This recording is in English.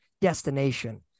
destination